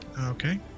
Okay